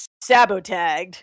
sabotaged